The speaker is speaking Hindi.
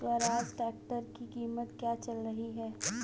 स्वराज ट्रैक्टर की कीमत क्या चल रही है?